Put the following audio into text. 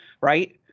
Right